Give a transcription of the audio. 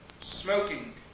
Smoking